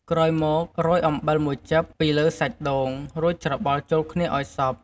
ក្រោយមក រោយ អំបិលមួយចិប ពីលើសាច់ដូង រួចច្របល់ចូលគ្នាឱ្យសព្វ។